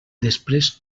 després